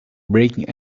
breaking